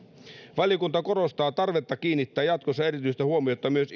valiokunta korostaa tarvetta kiinnittää jatkossa erityistä huomiota myös